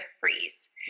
freeze